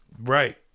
Right